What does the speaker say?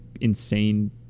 insane